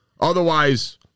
Otherwise